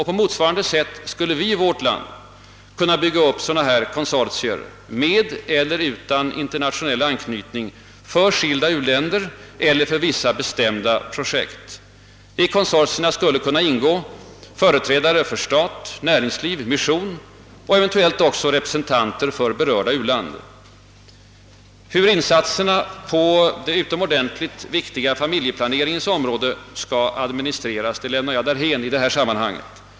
På motsvarande sätt skulle vi i vårt land kunna bygga upp sådana konsortier, med eller utan internationell anknytning, för skilda u-länder eller för vissa bestämda projekt. I konsortierna skulle kunna ingå företrädare för stat, näringsliv, mission och eventuellt också representanter för det berörda u-landet. Hur insatserna på det utomordentligt viktiga familjeplaneringsområdet skall administreras lämnar jag därhän i detta sammanhang.